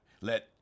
let